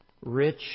rich